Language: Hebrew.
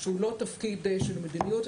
שהוא לא תפקיד של מדיניות,